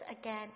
again